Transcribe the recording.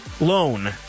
Loan